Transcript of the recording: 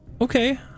Okay